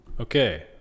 okay